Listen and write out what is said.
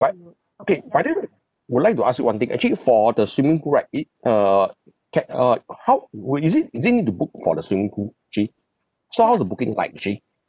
but okay but then would like to ask you one thing actually for the swimming pool right it uh kept uh how would is it is it need to book for the swimming pool actually so how's the booking like actually